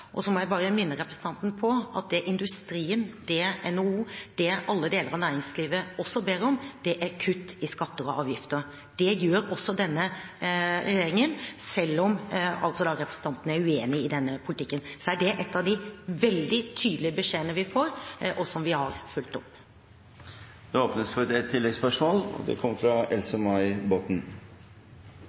Så må jeg bare minne representanten på at det industrien, det NHO, det alle deler av næringslivet også ber om, er kutt i skatter og avgifter. Det gjør også denne regjeringen. Selv om representanten er uenig i denne politikken, er det en av de veldig tydelige beskjedene vi får, som vi har fulgt opp. Det åpnes for ett oppfølgingsspørsmål – fra Else-May Botten.